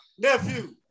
Nephew